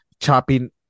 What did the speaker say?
chopping